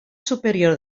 superior